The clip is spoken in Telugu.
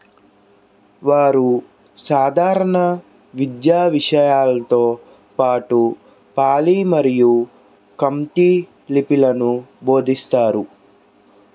వారు సాధారణ విద్యా విషయాలతో పాటు పాళీ మరియు ఖమ్తీ లిపిలను బోధిస్తారు